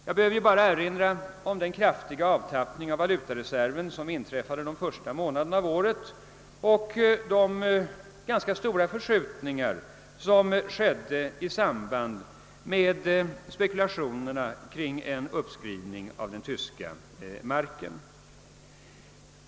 Låt mig bara erinra om den kraftiga avtappning av valutareserven, som inträffade de första månaderna av detta år, och om de ganska stora förskjutningar som inträtt i samband med spekulationerna kring en uppskrivning av den tyska D-marken.